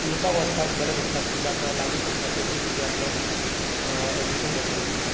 येवपाक वसपाक बरें पडटा तितल्याक लागीं पडटा तशीं भुरगीं आपल्याक एडमिशन घेता तितून